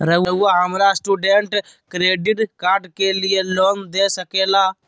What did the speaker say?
रहुआ हमरा student credit card के लिए लोन दे सके ला?